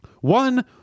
One